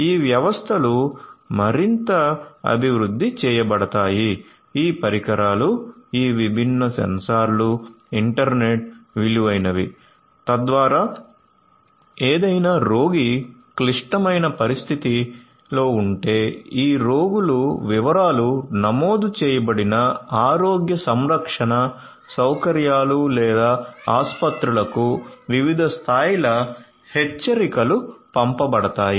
ఈ వ్యవస్థలు మరింత అభివృద్ధి చేయబడతాయి ఈ పరికరాలు ఈ విభిన్న సెన్సార్లు ఇంటర్నెట్ విలువైనవి తద్వారా ఏదైనా రోగికి క్లిష్టమైన పరిస్థితి ఉంటే ఈ రోగులు వివరాలు నమోదు చేయబడిన ఆరోగ్య సంరక్షణ సౌకర్యాలు లేదా ఆసుపత్రులకు వివిధ స్థాయిల హెచ్చరికలు పంపబడతాయి